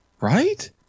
right